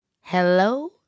Hello